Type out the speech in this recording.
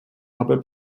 habe